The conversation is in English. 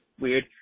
weird